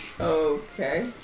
Okay